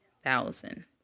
thousand